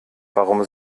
warum